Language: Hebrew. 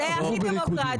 זה הכי דמוקרטי.